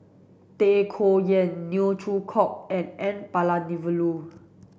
Tay Koh Yat Neo Chwee Kok and N Palanivelu